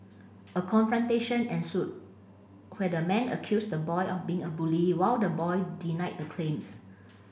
a confrontation ensued where the man accused the boy of being a bully while the boy denied the claims